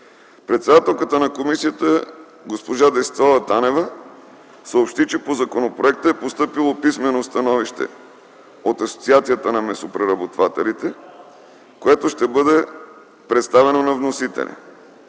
Председателят на комисията госпожа Десислава Танева съобщи, че по законопроекта е постъпило писмено становище от Асоциацията на месопреработвателите, което ще бъде представено на вносителя.